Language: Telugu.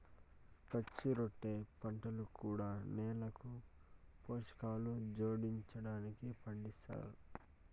పచ్చిరొట్ట పంటలు కూడా నేలకు పోషకాలు జోడించడానికి పండిస్తారు